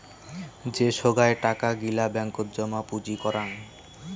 যে সোগায় টাকা গিলা ব্যাঙ্কত জমা পুঁজি করাং